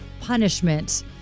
punishment